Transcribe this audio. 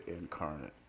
incarnate